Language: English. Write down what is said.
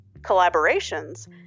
collaborations